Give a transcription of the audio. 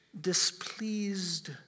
displeased